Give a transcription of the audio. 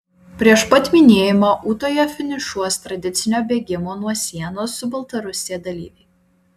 prieš pat minėjimą ūtoje finišuos tradicinio bėgimo nuo sienos su baltarusija dalyviai